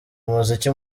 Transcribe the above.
umuziki